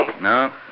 No